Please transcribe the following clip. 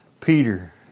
Peter